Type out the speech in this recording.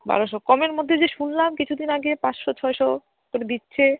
বারোশো কমের মধ্যে যে শুনলাম কিছু দিন আগে পাঁচশো ছয়শো করে দিচ্ছে